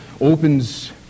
opens